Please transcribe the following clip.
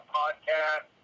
podcast